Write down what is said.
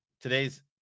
today's